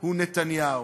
הוא נתניהו.